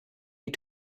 die